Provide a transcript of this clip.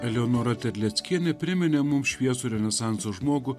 eleonora terleckienė priminė mums šviesų renesanso žmogų